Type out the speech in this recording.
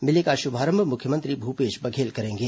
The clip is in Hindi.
मेले का शुभारंभ मुख्यमंत्री भूपेश बघेल करेंगे